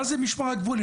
מה זה משמר הגבול,